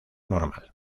normal